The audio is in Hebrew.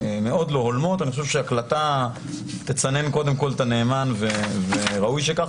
אני חושב שהקלטה תצנן קודם כל את הנאמן וראוי שכך,